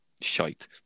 shite